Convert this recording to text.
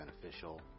beneficial